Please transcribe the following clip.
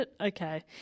Okay